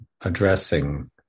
addressing